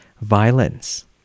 violence